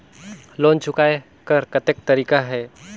Loan चुकाय कर कतेक तरीका है?